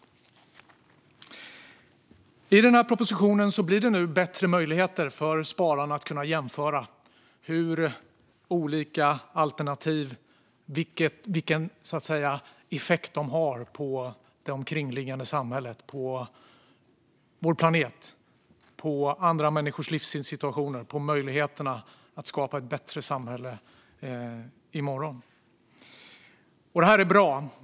Enligt denna proposition blir det nu bättre möjligheter för spararna att jämföra vilken effekt olika alternativ har på det omkringliggande samhället, på vår planet, på andra människors livssituationer och på att skapa ett bättre samhälle i morgon. Detta är bra.